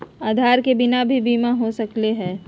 आधार के बिना भी बीमा हो सकले है?